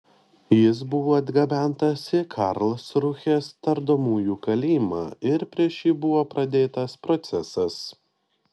jis buvo atgabentas į karlsrūhės tardomųjų kalėjimą ir prieš jį buvo pradėtas procesas